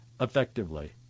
effectively